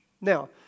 Now